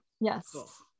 yes